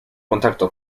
contacto